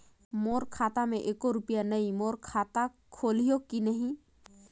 मोर खाता मे एको रुपिया नइ, मोर खाता खोलिहो की नहीं?